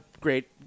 great